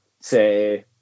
say